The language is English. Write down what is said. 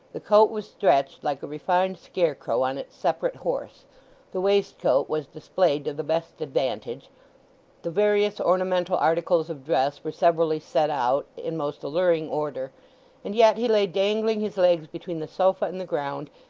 the coat was stretched, like a refined scarecrow, on its separate horse the waistcoat was displayed to the best advantage the various ornamental articles of dress were severally set out in most alluring order and yet he lay dangling his legs between the sofa and the ground,